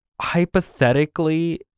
hypothetically